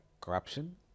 corruption